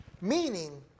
Meaning